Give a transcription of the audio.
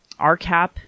RCAP